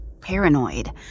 paranoid